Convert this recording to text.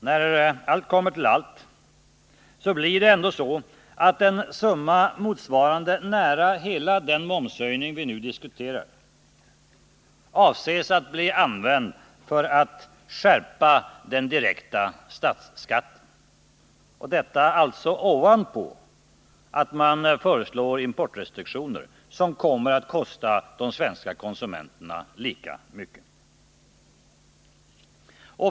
När allt kommer till kritan har tydligen socialdemokraterna ändå tänkt använda en summa motsvarande åtminstone den momshöjning vi nu diskuterar för att skärpa den direkta statsskatten. Till detta kommer förslaget om importrestriktioner, som kommer att kosta de svenska konsumenterna lika mycket.